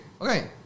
Okay